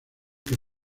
que